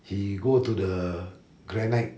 he go to the granite